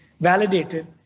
validated